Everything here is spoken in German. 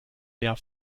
der